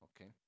Okay